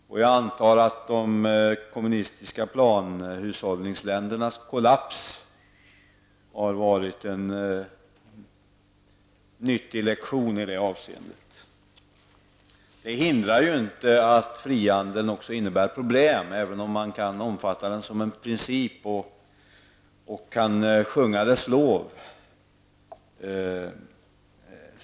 Jag antar att de kommunistiska planhushållningsländernas kollaps har varit en nyttig lektion i det avseendet. Det hindrar ju inte att frihandeln också innebär problem, även om man kan omfatta den som en princip och sjunga dess lov.